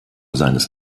seines